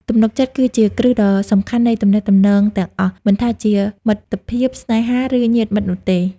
ទំនុកចិត្ត គឺជាគ្រឹះដ៏សំខាន់នៃទំនាក់ទំនងទាំងអស់ មិនថាជាមិត្តភាព ស្នេហា ឬញាតិមិត្តនោះទេ។